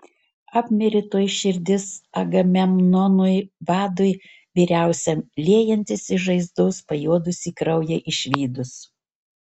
apmirė tuoj širdis agamemnonui vadui vyriausiam liejantis iš žaizdos pajuodusį kraują išvydus